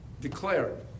declared